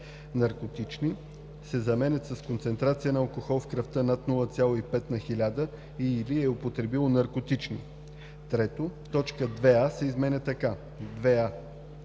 наркотични“ се заменят със „с концентрация на алкохол в кръвта над 0,5 на хиляда и/или е употребило наркотични“. 3. Точка 2а се изменя така: „2а.